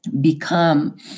become